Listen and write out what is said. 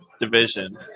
division